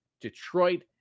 detroit